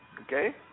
Okay